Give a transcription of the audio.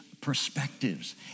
perspectives